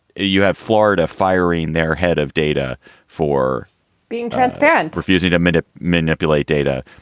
you have florida firing their head of data for being transparent, refusing to admit ah manipulate data.